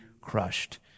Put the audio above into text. crushed